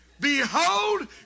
Behold